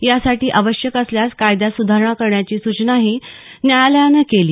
यासाठी आवश्यक असल्यास कायद्यात सुधारणा करण्याची सूचनाही न्यायालयानं केली